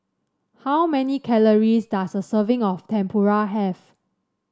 how many calories does a serving of Tempura have